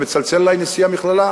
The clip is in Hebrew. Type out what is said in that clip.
ומצלצל אלי נשיא המכללה: